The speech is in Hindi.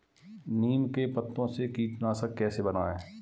नीम के पत्तों से कीटनाशक कैसे बनाएँ?